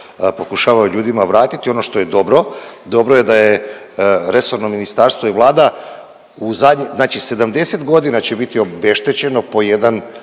pokušavaju ljudima vratiti ono što je dobro. Dobro je da je resorno ministarstvo i Vlada, znači 70 godina će biti obeštećeno po jedan,